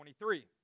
23